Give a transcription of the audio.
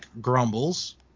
grumbles